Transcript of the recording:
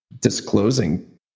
disclosing